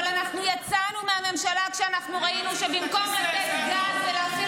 אבל אנחנו יצאנו מהממשלה כשאנחנו ראינו שבמקום לתת גז ולהפעיל